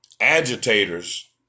agitators